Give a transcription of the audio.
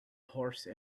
horse